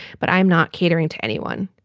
but i'm not catering to anyone.